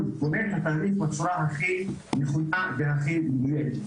ובונה את התבנית בצורה הכי נכונה והכי מדויקת.